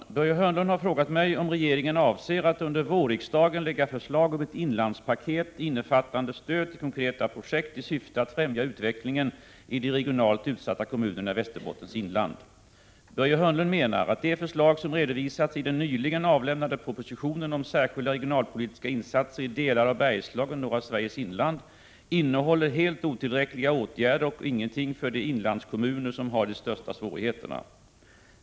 Herr talman! Börje Hörnlund har frågat mig om regeringen avser att under vårriksdagen lägga förslag om ett ”inlandspaket” innefattande stöd till konkreta projekt i syfte att främja utvecklingen i de regionalt utsatta kommunerna i Västerbottens inland. Börje Hörnlund menar att de förslag som redovisats i den nyligen avlämnade propositionen 1987/88:64 om särskilda regionalpolitiska insatser i delar av Bergslagen och norra Sveriges inland innehåller helt otillräckliga åtgärder och ingenting för de inlandskommuner som har de största svårighe 39 terna.